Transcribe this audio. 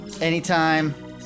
Anytime